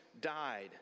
died